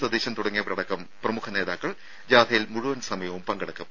സതീശൻ തുടങ്ങിയവരടക്കം നേതാക്കൾ ജാഥയിൽ മുഴുവൻ സമയവും പങ്കെടുക്കും